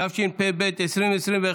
התשפ"ב 2021,